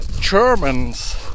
Germans